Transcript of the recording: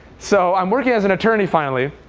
so i'm working as an attorney finally.